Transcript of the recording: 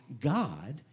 God